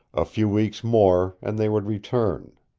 a few weeks more and they would return.